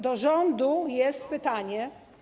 Do rządu jest pytanie.